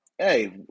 hey